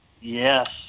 Yes